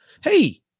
Hey